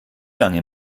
lange